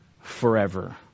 forever